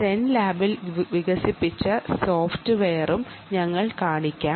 സെൻ ലാബിൽ വികസിപ്പിച്ച സോഫ്റ്റ്വെയറും ഞങ്ങൾ കാണിക്കാം